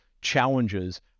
challenges